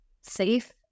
safe